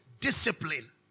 Discipline